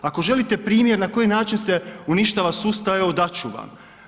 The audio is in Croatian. Ako želite primjer na koji način se uništava sustav, evo dat ću vam.